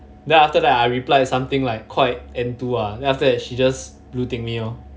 then after that I reply something like quite enthu ah then after that she just blue tick me lor